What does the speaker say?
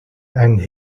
and